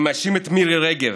אני מאשים את מירי רגב,